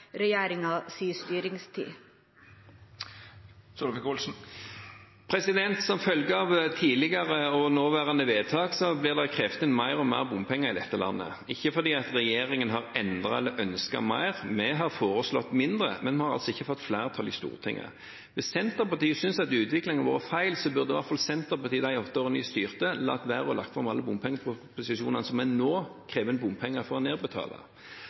styringstid? Som følge av tidligere og nåværende vedtak blir det krevd inn mer og mer bompenger i dette landet, ikke fordi regjeringen har endret eller ønsket mer, vi har foreslått mindre, men vi har altså ikke fått flertall i Stortinget. Hvis Senterpartiet synes at utviklingen har vært feil, burde i hvert fall Senterpartiet i de åtte årene de styrte, latt være å legge fram alle de bompengeproposisjonene som vi nå krever inn bompenger for å nedbetale.